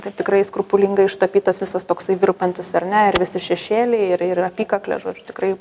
tai tikrai skrupulingai ištapytas visas toksai virpantis ar ne ir visi šešėliai ir ir apykaklės žodžiu tikrai